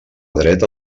dreta